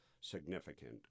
significant